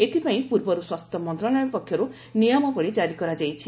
ଏଥିପାଇଁ ପୂର୍ବରୁ ସ୍ୱାସ୍ଥ୍ୟ ମନ୍ତ୍ରଣାଳୟ ପକ୍ଷରୁ ନିୟମାବଳୀ ଜାରି କରାଯାଇ ସାରିଛି